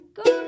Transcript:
go